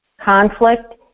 conflict